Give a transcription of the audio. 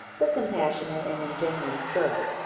but compassionate and ingenuous girl.